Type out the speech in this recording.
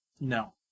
No